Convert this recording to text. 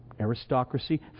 aristocracy